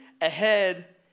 ahead